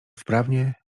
wprawnie